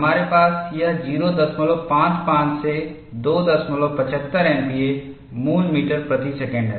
हमारे पास यह 055 से 275 एमपीए मूल मीटर प्रति सेकंड है